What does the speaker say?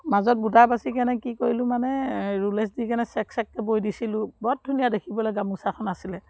মাজত বুটা বাচি কেনে কি কৰিলোঁ মানে ৰুলেছ দি কেনে চেক চেককৈ বৈ দিছিলোঁ বৰ ধুনীয়া দেখিবলৈ গামোচাখন আছিলে